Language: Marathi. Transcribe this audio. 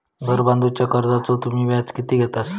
घर बांधूच्या कर्जाचो तुम्ही व्याज किती घेतास?